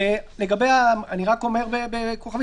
פה,